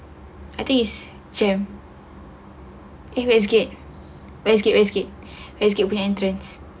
I think it's jem west gate west gate west gate west gate punya entrance